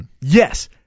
Yes